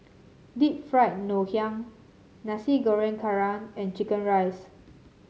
Deep Fried Ngoh Hiang Nasi Goreng Kerang and chicken rice